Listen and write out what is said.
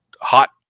hot